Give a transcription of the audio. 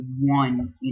one